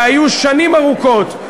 שהיו שנים ארוכות,